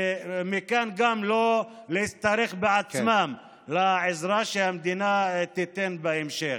ומכאן גם לא להצטרך בעצמן לעזרה שהמדינה תיתן בהמשך?